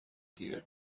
clear